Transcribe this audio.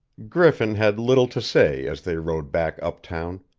griffin had little to say as they rode back uptown.